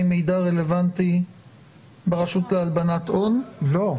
מידע רלוונטי ברשות להלבנת הון -- לא,